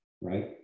right